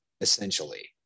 essentially